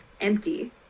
empty